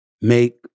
make